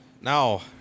Now